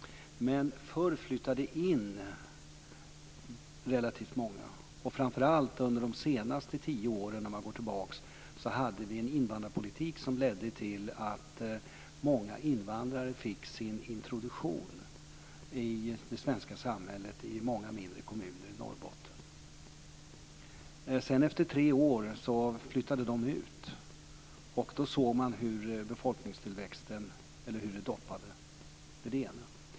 Men förr flyttade det in relativt många, framför allt under de senaste tio åren då vi hade en invandrarpolitik som ledde till att många invandrare fick sin introduktion i det svenska samhället i många mindre kommuner i Norrbotten. Men efter tre år flyttade dessa ut, och då såg man hur befolkningstillväxten doppade.